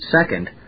Second